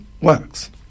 works